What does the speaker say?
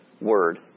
word